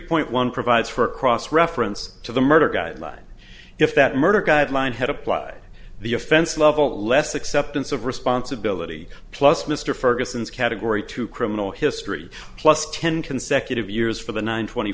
point one provides for a cross reference to the murder guideline if that murder guideline had applied the offense level less acceptance of responsibility plus mr ferguson's category two criminal history plus ten consecutive years for the nine twenty